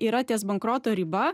yra ties bankroto riba